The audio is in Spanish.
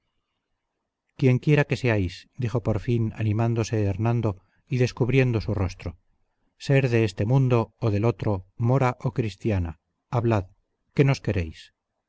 quien quiera que seáis dijo por fin animándose hernando y descubriendo su rostro ser de este mundo o del otro mora o cristiana hablad qué nos queréis